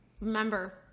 remember